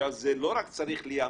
זה לא רק צריך להיאמר,